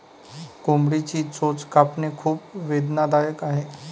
कोंबडीची चोच कापणे खूप वेदनादायक आहे